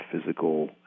physical